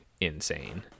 insane